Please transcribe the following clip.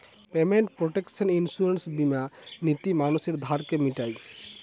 payment protection insurance বীমা নীতি মানুষের ধারকে মিটায়